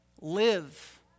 live